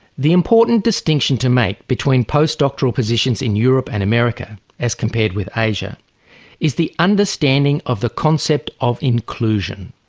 the important distinction to make between postdoctoral positions in europe and america as compared with asia is the understanding of the concept of inclusion.